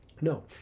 No